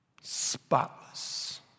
spotless